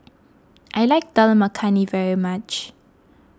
I like Dal Makhani very much